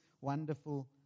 wonderful